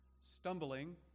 Stumbling